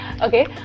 Okay